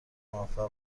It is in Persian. موفق